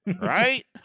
Right